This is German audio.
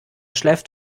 schläft